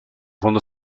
fondo